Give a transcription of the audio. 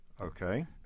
Okay